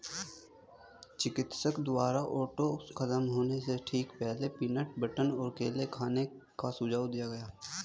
चिकित्सक द्वारा ओट्स खत्म होने से ठीक पहले, पीनट बटर और केला खाने का सुझाव दिया गया